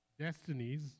destinies